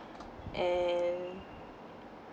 and